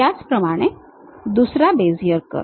त्याचप्रमाणे दुसरा Bezier curve